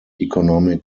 economic